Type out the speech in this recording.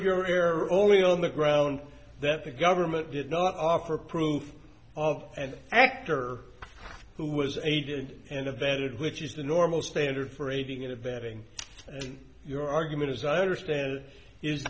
error only on the grounds that the government did not offer proof of an actor who was aided and abetted which is the normal standard for aiding and abetting your argument as i understand is